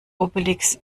obelix